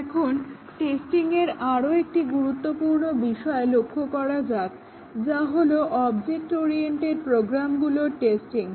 এখন টেস্টিংয়ের আরও একটি গুরুত্বপূর্ণ বিষয় লক্ষ্য করা যাক যা হলো অবজেক্ট ওরিয়েন্টেড প্রোগ্রামগুলোর টেস্টিং